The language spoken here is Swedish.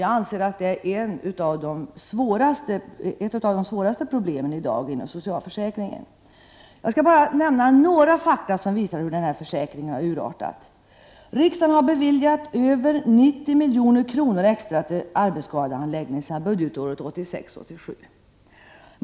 Jag anser att den i dag utgör ett av de svåraste problemen inom socialförsäkringen. Jag skall nämna några fakta som visar hur denna försäkring har urartat. Riksdagen har beviljat över 90 milj.kr. extra till arbetsskadehandläggning sedan budgetåret 1986/87.